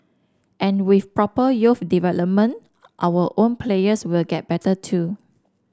and with proper youth development our own players will get better too